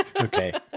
Okay